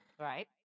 Right